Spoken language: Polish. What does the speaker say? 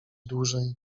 dłużej